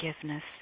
forgiveness